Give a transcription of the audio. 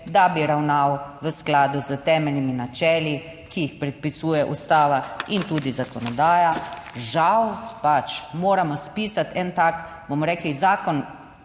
da bi ravnal v skladu s temeljnimi načeli, ki jih predpisuje Ustava in tudi zakonodaja, žal, pač moramo spisati en tak, bomo rekli zakon,